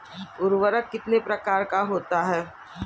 उर्वरक कितने प्रकार का होता है?